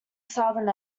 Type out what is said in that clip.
southern